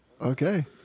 Okay